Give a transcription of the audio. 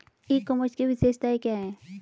ई commerce की विशेषताएं क्या हैं?